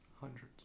hundreds